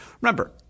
Remember